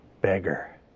beggar